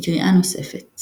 לקריאה נוספת